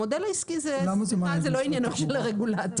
המודל העסקי הוא לא עניינו של הרגולטור.